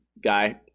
guy